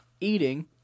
Eating